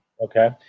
Okay